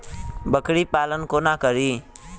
बकरी पालन कोना करि?